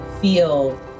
feel